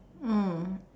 mm